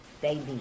baby